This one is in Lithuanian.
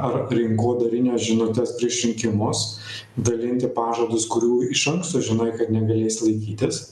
ar rinkodarines žinutes prieš rinkimus dalinti pažadus kurių iš anksto žinai kad negalės laikytis